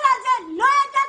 כל זה, לא ידעתי,